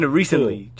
recently